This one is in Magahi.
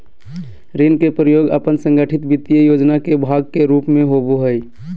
ऋण के प्रयोग अपन संगठित वित्तीय योजना के भाग के रूप में होबो हइ